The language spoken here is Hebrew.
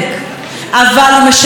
להיות המגדלור,